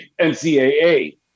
NCAA